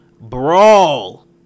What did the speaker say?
brawl